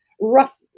rough